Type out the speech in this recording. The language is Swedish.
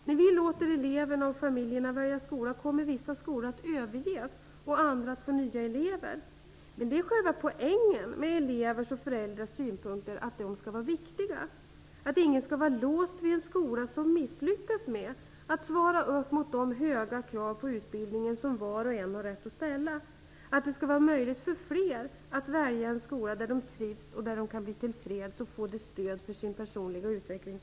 När vi låter eleverna och familjerna välja skola så kommer vissa skolor att överges och andra att få nya elever. Det är dock själva poängen att elevers och föräldrars synpunkter skall vara viktiga. Ingen skall vara låst vid en skola som misslyckas med att svara upp mot de höga krav på utbildningen som var och en har rätt att ställa. Det skall vara möjligt för flera elever att välja en skola där de trivs och där de kan bli till freds och få det stöd de behöver för sin personliga utveckling.